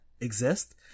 exist